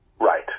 Right